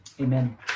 Amen